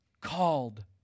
called